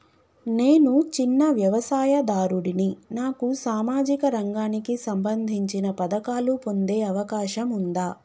నేను చిన్న వ్యవసాయదారుడిని నాకు సామాజిక రంగానికి సంబంధించిన పథకాలు పొందే అవకాశం ఉందా?